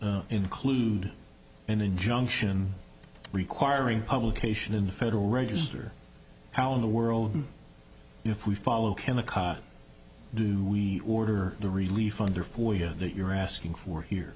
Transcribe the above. include an injunction requiring publication in the federal register how in the world if we follow chemical do we order the relief under for you that you're asking for here